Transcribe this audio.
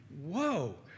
Whoa